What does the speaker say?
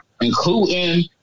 including